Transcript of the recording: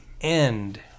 end